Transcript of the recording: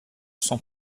son